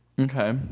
Okay